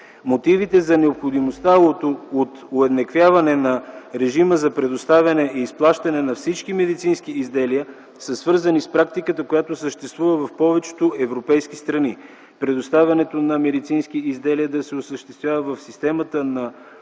Мотивите за необходимостта от уеднаквяване на режима за предоставяне и изплащане на всички медицински изделия са свързани с практиката, която съществува в повечето европейски страни, предоставянето на медицински изделия да се осъществява в системата на